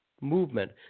movement